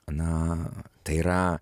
na tai yra